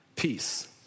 peace